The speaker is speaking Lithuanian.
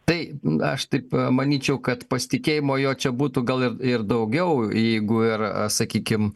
tai aš taip manyčiau kad pasitikėjimo jo čia būtų gal ir ir daugiau jeigu yra sakykim